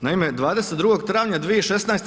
Naime, 22. travnja 2016.